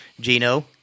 Gino